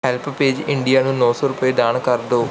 help page India ਨੂੰ ਨੌ ਸੌ ਰੁਪਏ ਦਾਨ ਕਰ ਦੋ